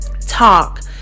talk